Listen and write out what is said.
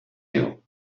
you